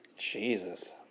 Jesus